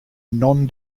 non